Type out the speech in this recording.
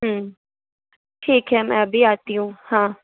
ठीक है मैं अभी आती हूँ हाँ